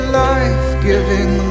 life-giving